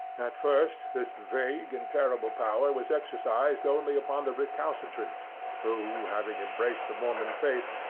at first this vague and terrible power was exercised only upon the recalcitrants who, having embraced the mormon faith,